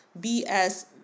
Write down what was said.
BS